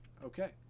okay